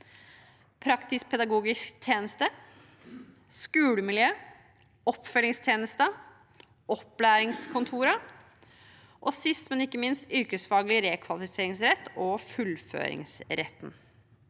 praktisk-pedagogisk tjeneste, skolemiljø, oppfølgingstjenesten, opplæringskontorene og sist, men ikke minst, yrkesfaglig rekvalifiseringsrett og fullføringsretten.